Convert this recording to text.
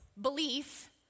belief